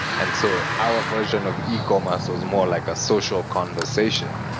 and so our version of ecommerce ah more like a social conversation.